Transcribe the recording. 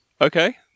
Okay